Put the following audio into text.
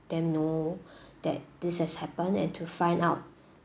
them know that this has happened and to find out